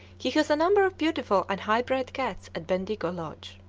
he has a number of beautiful and high-bred cats at bendigo lodge.